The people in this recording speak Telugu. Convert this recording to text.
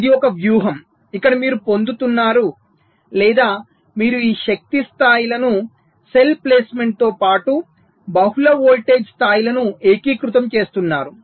ఇది ఒక వ్యూహం ఇక్కడ మీరు పొందుతున్నారు లేదా మీరు ఈ శక్తి స్థాయిలను సెల్ ప్లేస్మెంట్తో పాటు బహుళ వోల్టేజ్ స్థాయిలను ఏకీకృతం చేస్తున్నారు